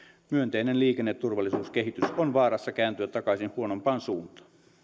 myönteinen liikenneturvallisuuskehitys on vaarassa kääntyä takaisin huonompaan suuntaan